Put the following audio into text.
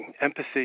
empathy